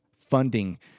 funding